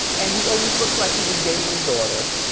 and he always looked like he was dating his daughter.